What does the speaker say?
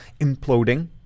imploding